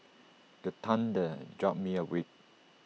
the thunder jolt me awake